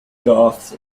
goths